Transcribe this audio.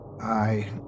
I